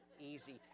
easy